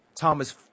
Thomas